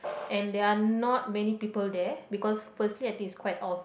and there are not many people there because firstly I think it's quite odd